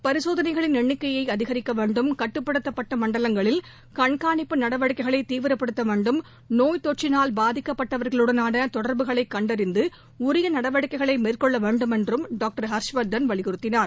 பரிசோதனைகளின் எண்ணிக்கையை அதிகரிக்க வேண்டும் கட்டுப்படுத்தப்பட்ட மண்டலங்களில் கண்காணிப்புநடவடிக்கைகளை தீவிரப்படுத்த வேண்டும் நோய் தொற்றினால் பாதிக்கப்பட்டவர்களுடனான தொடர்புகளை கண்டறிந்து உரிய நடவடிக்கைகளை மேற்கொள்ள வேண்டுமென்றும் டாக்டர் ஹர்ஷ்வர்தன் வலியுறுத்தினார்